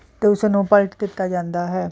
ਅਤੇ ਉਸਨੂੰ ਪਲਟ ਕੀਤਾ ਜਾਂਦਾ ਹੈ